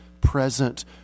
present